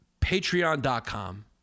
patreon.com